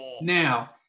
Now –